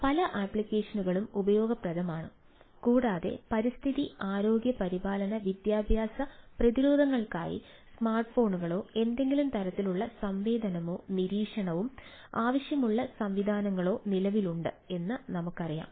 പല ആപ്ലിക്കേഷനുകളും ഉപയോഗപ്രദമാണ് കൂടാതെ പരിസ്ഥിതി ആരോഗ്യ പരിപാലന വിദ്യാഭ്യാസ പ്രതിരോധങ്ങൾക്കായി സ്മാർട്ട്ഫോണുകളോ എന്തെങ്കിലും തരത്തിലുള്ള സംവേദനവും നിരീക്ഷണവും ആവശ്യമുള്ള സംവിധാനങ്ങളോ നിലവിലുണ്ട് എന്ന് നമുക്കറിയാം